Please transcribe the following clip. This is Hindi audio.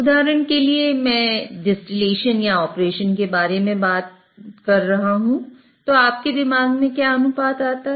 उदाहरण के लिए मैं डिस्टलेशन या ऑपरेशन के बारे बात कर रहा हूं तो आपके दिमाग में क्या अनुपात आता है